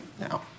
Now